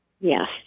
Yes